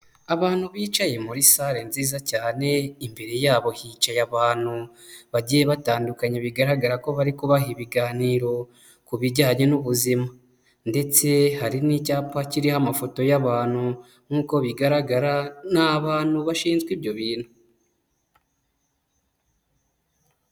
Abantu bicaye muri sare nziza cyane, imbere yabo hicaye abantu bagiye batandukanye, bigaragara ko bari kubaha ibiganiro ku bijyanye n'ubuzima ndetse hari n'icyapa kiriho amafoto y'abantu nk'uko bigaragara ni abantu bashinzwe ibyo bintu.